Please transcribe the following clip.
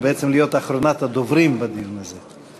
או בעצם להיות אחרונת הדוברים בדיון הזה,